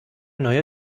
neue